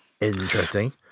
Interesting